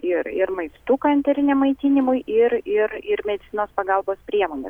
ir ir maistuką enteriniam maitinimui ir ir ir medicinos pagalbos priemones